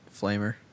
flamer